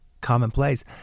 commonplace